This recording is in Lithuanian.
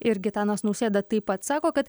ir gitanas nausėda taip pat sako kad